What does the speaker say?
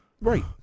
Right